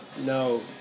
No